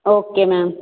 okay ma'am